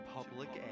Public